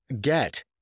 get